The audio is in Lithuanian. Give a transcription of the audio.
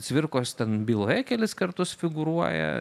cvirkos ten byloje kelis kartus figūruoja